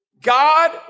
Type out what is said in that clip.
God